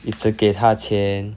一直给他钱